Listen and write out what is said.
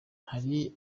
hari